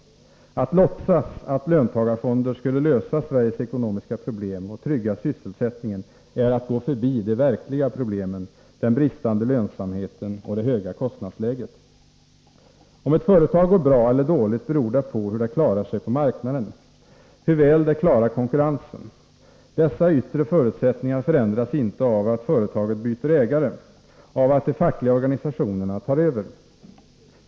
Att låtsas att löntagarfonder skulle lösa Sveriges ekonomiska problem och trygga sysselsättningen är att gå förbi de verkliga problemen: den bristande lönsamheten och det höga kostnadsläget. Om ett företag går bra eller dåligt beror på hur det klarar sig på marknaden — hur väl det klarar konkurrensen. Dessa yttre förutsättningar förändras inte av att företaget byter ägare — av att de fackliga organisationerna tar över.